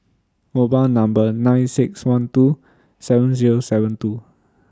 mobile Number nine six one two seven Zero seven two